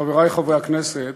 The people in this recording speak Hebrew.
חברי חברי הכנסת,